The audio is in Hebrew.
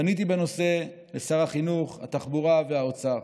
פניתי בנושא לשרי החינוך, התחבורה והאוצר.